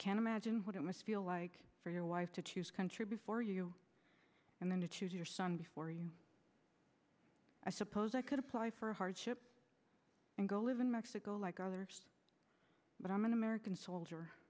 can imagine what it must feel like for your wife to choose country before you and then to choose your son before you i suppose i could apply for a hardship and go live in mexico but i'm an american soldier